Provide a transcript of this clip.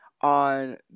on